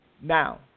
Now